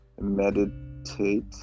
meditate